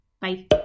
Bye